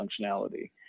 functionality